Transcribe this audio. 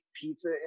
Pizza